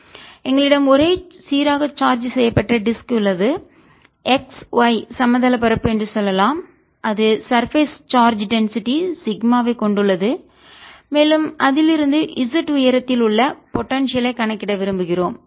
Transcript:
எனவே எங்களிடம் ஒரே சீராக சார்ஜ் செய்யப்பட்ட டிஸ்க் வட்டு உள்ளது x y சமதள பரப்பு தட்டையான பரப்புஎன்று சொல்லலாம் அது சர்பேஸ் சார்ஜ் டென்சிட்டி அடர்த்தி சிக்மாவைக் கொண்டுள்ளது மேலும் அதிலிருந்து z உயரத்தில் உள்ள போடன்சியல் ஐ கணக்கிட விரும்புகிறோம்